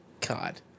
God